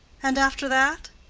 and after that?